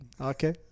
Okay